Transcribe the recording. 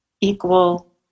equal